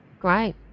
Great